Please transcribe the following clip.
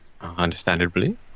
Understandably